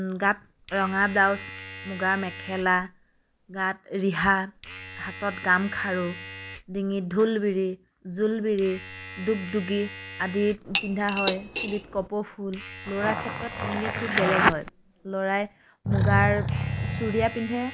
গাত ৰঙা ব্লাউজ মুগাৰ মেখেলা গাত ৰিহা হাতত গামখাৰু ডিঙিত ঢোলবিৰি জোনবিৰি দুগ্দুগী আদি পিন্ধা হয় চুলিত কপৌ ফুল ল'ৰাৰ ক্ষেত্ৰত তেনেকৈ ঠিক বেলেগ হয় ল'ৰাই মুগাৰ চুৰীয়া পিন্ধে